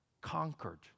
conquered